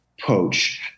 poach